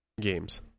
games